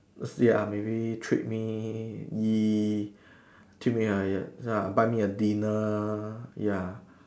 ya maybe treat me eat treat me buy me a dinner ya